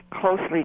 closely